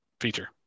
feature